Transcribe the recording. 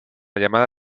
llamada